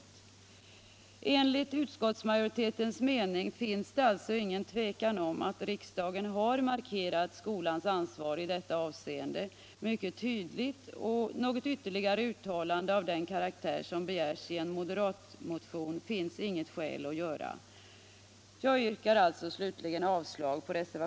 Det råder alltså enligt utskottsmajoritetens mening ingen tvekan om att riksdagen har markerat skolans ansvar i detta avseende mycket tydligt, och något ytterligare uttalande av den karaktär som begärs i en moderatmotion finns inget skäl att göra.